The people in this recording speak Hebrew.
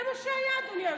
זה מה שהיה, אדוני היושב-ראש.